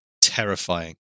terrifying